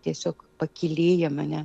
tiesiog pakylėja mane